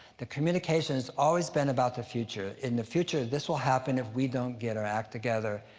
the communication's always been about the future. in the future, this will happen if we don't get our act together.